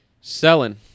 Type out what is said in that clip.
selling